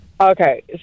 Okay